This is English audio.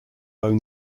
own